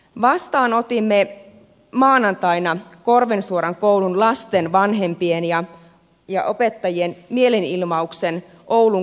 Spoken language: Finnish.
vastaanotimme maanantaina korvensuoran koulun lasten vanhempien ja opettajien mielenilmauksen oulun kaupungintalolla